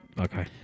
Okay